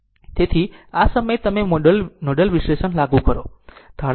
તેથી આ સમયે તમે નોડલ વિશ્લેષણ લાગુ કરો છો